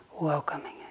welcoming